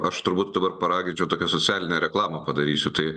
aš turbūt dabar paraginčiau tokią socialinę reklamą padarysiu tai